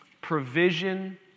Provision